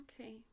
Okay